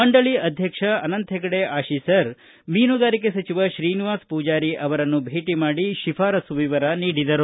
ಮಂಡಳಿ ಅಧ್ಯಕ್ಷ ಅನಂತ ಹೆಗಡೆ ಅಶೀಸರ ಮೀನುಗಾರಿಕೆ ಸಚಿವ ಶ್ರೀನಿವಾಸ ಮೂಜಾರಿ ಅವರನ್ನು ಭೇಟಿ ಮಾಡಿ ಶಿಫಾರಸು ವಿವರ ನೀಡಿದರು